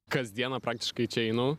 kasdieną praktiškai čia einu